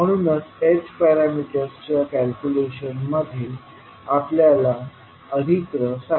म्हणूनच h पॅरामीटर्सच्या कॅल्क्युलेशनमध्ये आपल्याला अधिक रस आहे